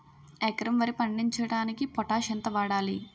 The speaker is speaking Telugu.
ఎకరం వరి పండించటానికి పొటాష్ ఎంత వాడాలి?